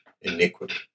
iniquity